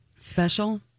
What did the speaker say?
Special